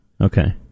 Okay